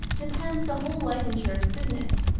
depends the whole life insurance business.